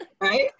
Right